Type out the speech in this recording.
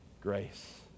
grace